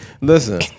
Listen